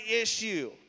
issue